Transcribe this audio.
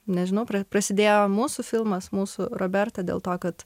nežinau pra prasidėjo mūsų filmas mūsų roberta dėl to kad